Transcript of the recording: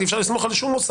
אי אפשר לסמוך על שום מוסד.